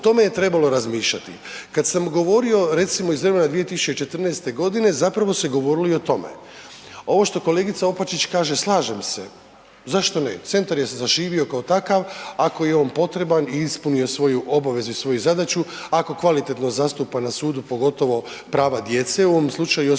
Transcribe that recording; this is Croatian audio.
o tome je trebalo razmišljati. Kad sam govorio recimo iz vremena 2014.g. zapravo se govorilo i o tome. Ovo što kolegica Opačić kaže, slažem se, zašto ne, centar je zaživio kao takav, ako je on potreban i ispunio svoju obavezu i svoju zadaću, ako kvalitetno zastupa na sudu pogotovo prava djece u ovom slučaju osoba